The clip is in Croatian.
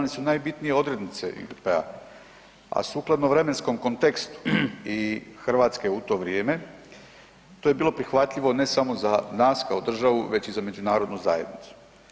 najbitnije odrednice IGP-a, a sukladno vremenskom kontekstu i Hrvatske u to vrijeme to je bilo prihvatljivo ne samo za nas kao za državu već i za međunarodnu zajednicu.